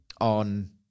on